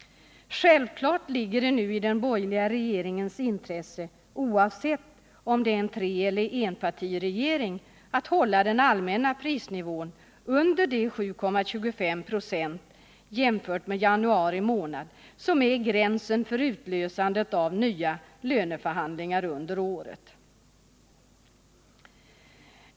Självfallet ligger det nu i den borgerliga regeringens intresse, oavsett om det är en treeller enpartiregering, att hålla den allmänna prisnivån under de 7,25 26 jämfört med januari månad som är gränsen för utlösandet av nya löneförhandlingar under året.